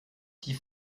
die